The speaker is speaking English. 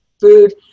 food